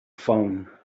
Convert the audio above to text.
phone